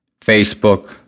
Facebook